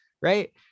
right